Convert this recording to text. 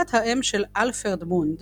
שפת האם של אלפרד מונד